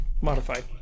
Modified